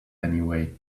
anyway